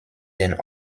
den